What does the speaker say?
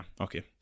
Okay